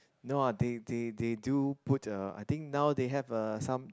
no ah they they they do put uh I think now they have uh some